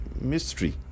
mystery